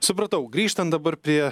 supratau grįžtant dabar prie